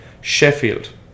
Sheffield